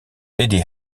lady